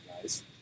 guys